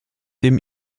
dem